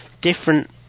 different –